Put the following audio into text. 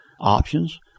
options